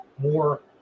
more